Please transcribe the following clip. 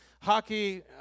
hockey